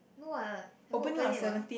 no what haven't open yet what